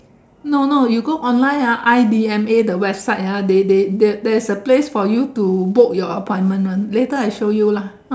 no no you go online ah I_D_M_A the website ah they they the there is a place for you to book your appointment one later I show you lah